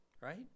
right